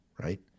right